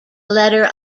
letter